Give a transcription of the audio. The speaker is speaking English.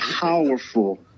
powerful